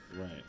Right